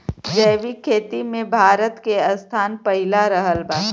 जैविक खेती मे भारत के स्थान पहिला रहल बा